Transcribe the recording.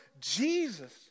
Jesus